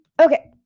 okay